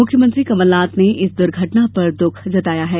मुख्यमंत्री कमलनाथ ने इस दुर्घटना पर दुख व्यक्त किया है